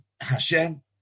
Hashem